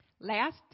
Last